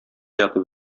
ятып